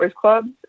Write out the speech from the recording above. clubs